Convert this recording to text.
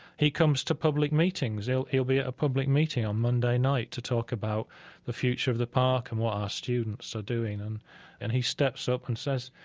he comes to public meetings. he'll he'll be at a public meeting on monday night to talk about the future of the park and what our students are doing. and and he steps up and says,